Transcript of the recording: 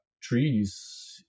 trees